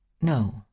No